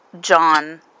John